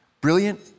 Brilliant